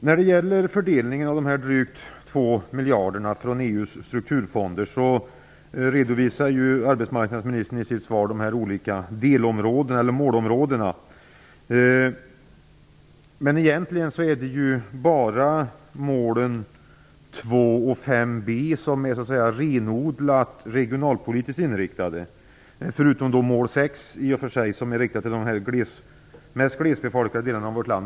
När det gäller fördelningen av de drygt två miljarderna från EU:s strukturfonder redovisar arbetsmarknadsministern i sitt svar olika målområden, men det är egentligen bara målen 2 och 5b som är renodlat regionalpolitiskt inriktade. Jag undantar då mål 6, som är inriktat på de mest glesbefolkade delarna av vårt land.